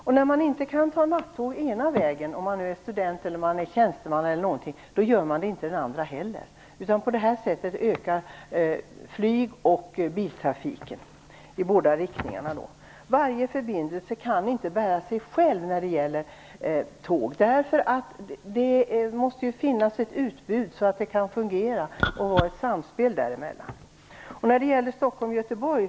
Om t.ex. studenter eller tjänstemän inte kan ta nattåget ena vägen tar de heller inte nattåget den andra vägen. På det här sättet ökar flyg och biltrafiken i båda riktningarna. Varje tågförbindelse kan inte bära sig själv. Det måste finnas ett utbud och ett samspel så att det kan fungera.